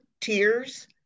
tears